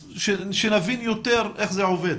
שנבין יותר איך זה עובד.